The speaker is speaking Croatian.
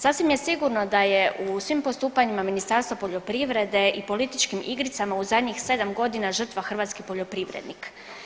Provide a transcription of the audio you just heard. Sasvim je sigurno da je u svim postupanjima Ministarstva poljoprivrede i političkim igricama u zadnjih 7 godina žrtva hrvatski poljoprivrednik.